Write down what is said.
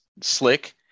slick